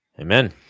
amen